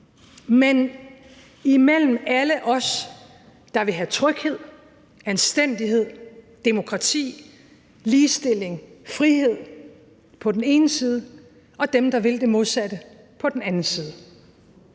men imellem alle os, der vil have tryghed, anstændighed, demokrati, ligestilling, frihed på den ene side, og dem, der vil det modsatte på den anden side.